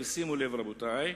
שימו לב, רבותי,